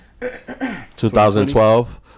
2012